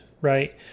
right